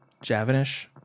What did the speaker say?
Javanish